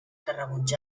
països